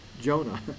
Jonah